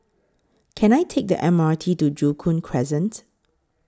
Can I Take The M R T to Joo Koon Crescent